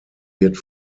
wird